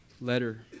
letter